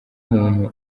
umuntu